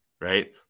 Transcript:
Right